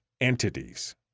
entities